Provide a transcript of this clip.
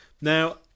now